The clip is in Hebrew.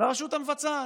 לרשות המבצעת.